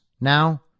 now